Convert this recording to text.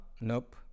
nope